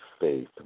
faith